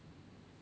对 lor